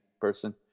person